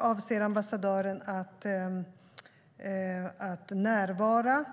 avser ambassadören att närvara.